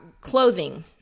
clothing